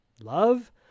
love